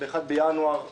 לתוקף ב-1 בינואר 2020,